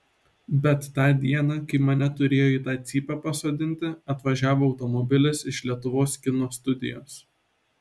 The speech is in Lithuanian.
bet tą dieną kai mane turėjo į tą cypę pasodinti atvažiavo automobilis iš lietuvos kino studijos